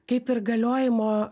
kaip ir galiojimo